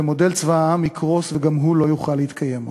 ומודל צבא העם יקרוס וגם הוא לא יוכל להתקיים עוד.